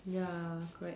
ya correct